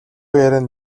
ярианд